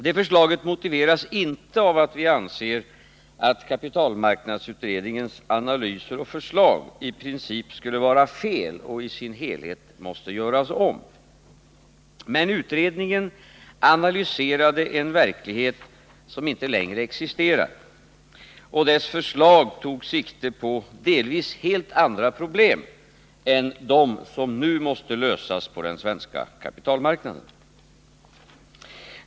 Det förslaget motiveras inte av att vi anser att kapitalmarknadsutredningens analyser och förslag i princip skulle vara felaktiga och i sin helhet måste göras om. Men utredningen analyserade en verklighet som inte längre existerar, och dess förslag tog sikte på delvis helt andra problem än de som nu måste lösas på den svenska kapitalmarknaden.